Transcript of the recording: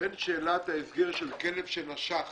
בין שאלת ההסגר של כלב שנשך